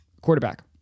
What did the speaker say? quarterback